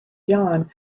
jahn